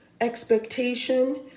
expectation